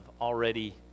already